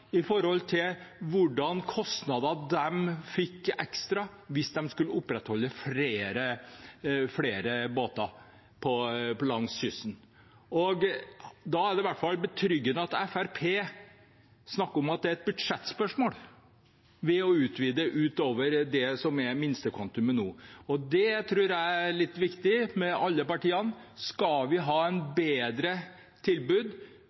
kostnader de fikk hvis de skulle opprettholde et tilbud med flere båter langs kysten. Da er det i hvert fall betryggende at Fremskrittspartiet snakker om at det er et budsjettspørsmål å utvide utover det som er minstekvantumet nå. Det tror jeg er litt viktig for alle partiene – skal vi ha et bedre tilbud,